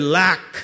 lack